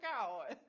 out